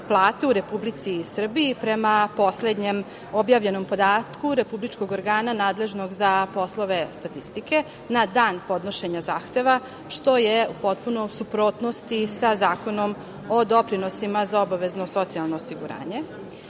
plate u Republici Srbiji prema poslednjem objavljenom podatku republičkog organa nadležnog za poslove statistike na dan podnošenja zahteva, što je u suprotnosti sa Zakonom o doprinosima sa obavezno socijalno osiguranje. Drugo,